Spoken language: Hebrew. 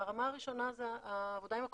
הרמה הראשונה זה העבודה עם הקורבנות.